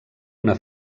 una